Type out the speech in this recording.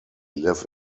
live